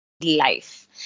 life